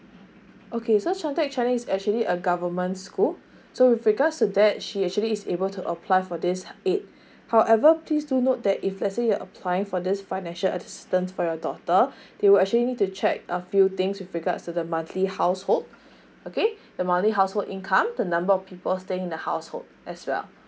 okay shawn tek chinese is actually a government school so with regards to that she actually is able to apply for this aid however please to note that if let's say you're applying for this financial assistance for your daughter they will actually need to check a few things with regards to the monthly household okay the money household income the number of people staying in the household as well